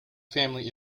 family